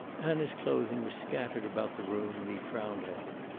anna's clothing was scattered about the room, and he frowned at it.